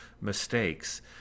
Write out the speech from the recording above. mistakes